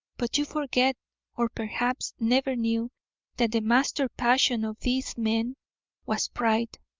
but you forget or perhaps never knew that the master passion of these men was pride.